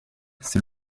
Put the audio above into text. c’est